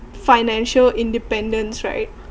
financial independence right